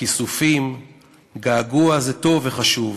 כיסופים וגעגוע זה טוב וחשוב,